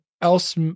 else